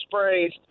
sprays